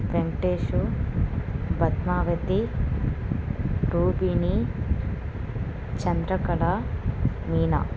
Venkatesu Padmavathi Rohini Chandrakala Meena